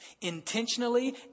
intentionally